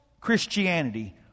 Christianity